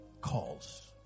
calls